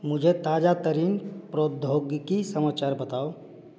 मुझे ताज़ातरीन प्रौद्योगिकी समाचार बताओ